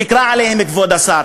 תקרא עליהם, כבוד השר.